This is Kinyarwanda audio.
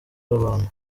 abantu